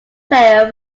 player